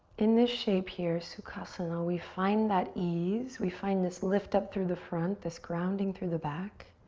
in this shape here, sukhasana, we find that ease. we find this lift up through the front, this grounding through the back.